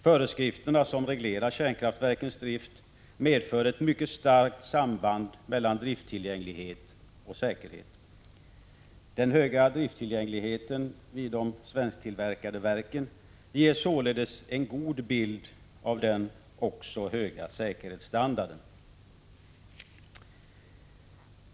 Föreskrifterna som reglerar kärnkraftverkens drift medför ett mycket starkt samband mellan drifttillgänglighet och säkerhet. Den höga drifttillgängligheten vid de svensktillverkade verken ger således en god bild av den också höga säkerhetsstandarden.